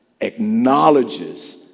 acknowledges